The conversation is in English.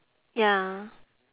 ya